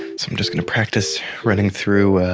so i'm just going to practice running through